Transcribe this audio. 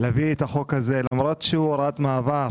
להביא את החוק הזה, למרות שהוא הוראת מעבר,